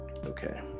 okay